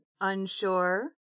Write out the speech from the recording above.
unsure